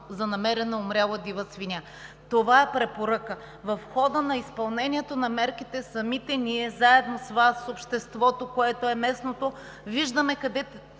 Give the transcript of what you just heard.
за намирана умряла дива свиня. Това е препоръка. В хода на изпълнението на мерките самите ние, заедно с Вас и местното общество, виждаме къде